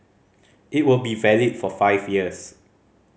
it will be valid for five years